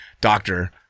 doctor